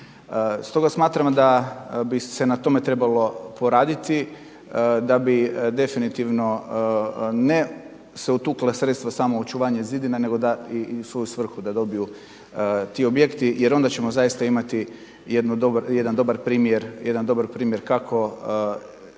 Stoga smatramo da bi se na tome trebalo poraditi, da bi definitivno ne se utukla sredstva smo u očuvanje zidina nego i svoju svrhu da dobiju ti objekti jer onda ćemo zaista imati jedan dobar primjer kako,